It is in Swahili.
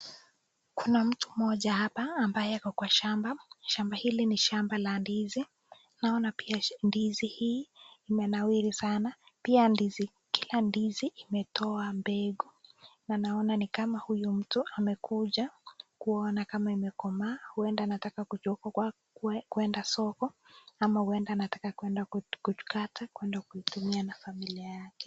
Kuna mtu mmoja hapa ambaye ako kwa shamba. Shamba hili ni shamba la ndizi naona pia ndizi hii imenawiri sana. Pia ndizi, kila ndizi imetoa mbegu na naona ni kama huyu mtu amekuja kuona kama imekomaa huenda anataka kuchukua kuenda soko ama huenda anataka kuenda kukata kuenda kuitumia na familia yake.